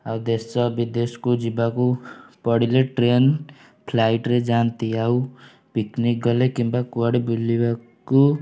ଆଉ ଦେଶ ବିଦେଶକୁ ଯିବାକୁ ପଡ଼ିଲେ ଟ୍ରେନ୍ ଫ୍ଲାଇଟ୍ରେ ଯାଆନ୍ତି ଆଉ ପିକନିକ୍ ଗଲେ କିମ୍ବା କୁଆଡ଼େ ବୁଲିବାକୁ